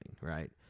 right